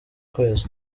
kwezi